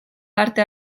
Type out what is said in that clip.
parte